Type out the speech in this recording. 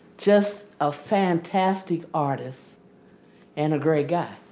just a fantastic artist and a great guy.